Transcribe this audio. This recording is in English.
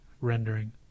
rendering